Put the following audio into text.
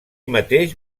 mateix